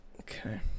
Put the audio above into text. Okay